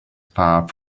far